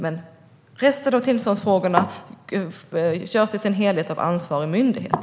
Men resten av tillståndsfrågorna hanteras i sin helhet av ansvarig myndighet.